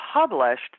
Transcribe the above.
published